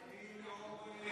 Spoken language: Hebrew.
גם אני מוותר.